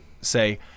say